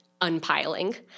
unpiling